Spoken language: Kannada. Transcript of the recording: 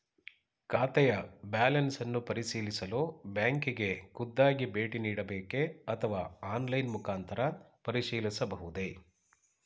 ಖಾತೆಯ ಬ್ಯಾಲೆನ್ಸ್ ಅನ್ನು ಪರಿಶೀಲಿಸಲು ಬ್ಯಾಂಕಿಗೆ ಖುದ್ದಾಗಿ ಭೇಟಿ ನೀಡಬೇಕೆ ಅಥವಾ ಆನ್ಲೈನ್ ಮುಖಾಂತರ ಪರಿಶೀಲಿಸಬಹುದೇ?